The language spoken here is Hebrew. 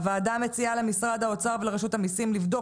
הוועדה מציעה למשרד האוצר ולרשות המיסים לבדוק